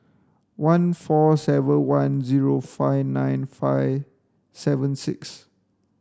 one four seven one zero five nine five seven six